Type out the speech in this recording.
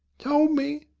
told me?